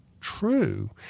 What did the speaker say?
true